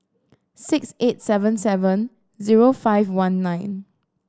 six eight seven seven zero five one nine